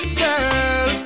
girl